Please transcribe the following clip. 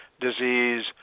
disease